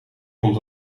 komt